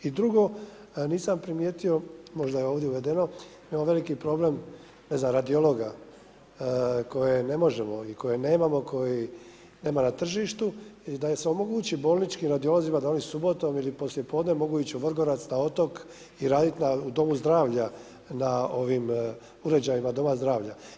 I drugo, nisam primijetio, možda je ovdje navedeno, jedan veliki problem radiologa koje ne možemo i koje nemamo kojih nema na tržištu i da se omogući bolničkim radiolozima da oni subotom ili poslijepodne mogu ići u Vrgorac, na otok i raditi u domu zdravlja na ovim uređajima doma zdravlja.